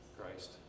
Christ